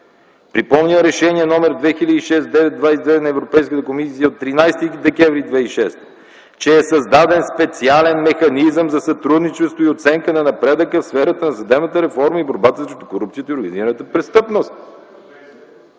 Припомням Решение 2006/9/22 на Европейската комисия от 13 декември 2006 г., че е създаден специален механизъм за сътрудничество и оценка на напредъка в сферата на съдебната реформа и борбата с корупцията и организираната престъпност.